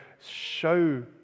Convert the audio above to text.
show